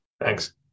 Thanks